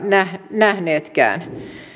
nähneetkään